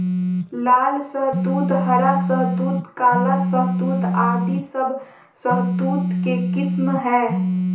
लाल शहतूत, हरा शहतूत, काला शहतूत आदि सब शहतूत के किस्म हय